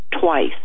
twice